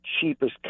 cheapest